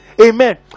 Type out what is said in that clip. Amen